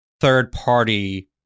third-party